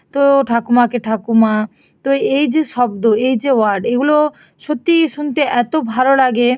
তো ঠাকুমাকে ঠাকুমা তো এই যে শব্দ এই যে ওয়ার্ড এগুলো সত্যিই শুনতে এতো ভালো লাগে